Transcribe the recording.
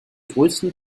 größten